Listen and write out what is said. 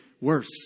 worse